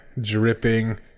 Dripping